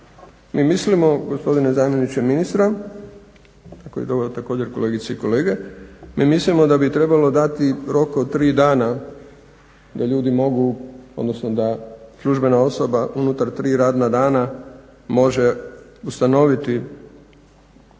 Mi mislimo, gospodine zamjeniče ministra, a također i kolegice i kolege, mi mislimo da bi trebalo dati rok od 3 dana da ljudi mogu, odnosno da službena osoba unutar 3 radna dana može ustanoviti